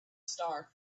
star